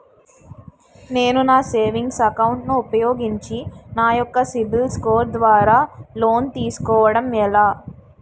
నేను నా savings account ను ఉపయోగించి నా యెక్క సిబిల్ స్కోర్ ద్వారా లోన్తీ సుకోవడం ఎలా?